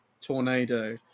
tornado